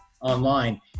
online